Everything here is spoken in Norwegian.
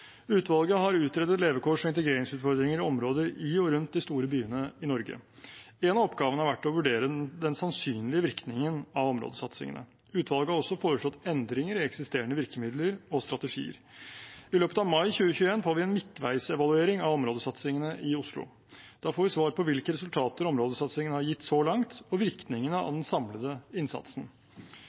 Utvalget har utredet levekårs- og integreringsutfordringer i områder i og rundt de store byene i Norge. En av oppgavene har vært å vurdere den sannsynlige virkningen av områdesatsingene. Utvalget har også foreslått endringer i eksisterende virkemidler og strategier. I løpet av mai 2021 har vi en midtveisevaluering av områdesatsingene i Oslo. Da får vi svar på hvilke resultater områdesatsingene har gitt så langt, og virkningene av den samlede innsatsen.